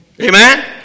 Amen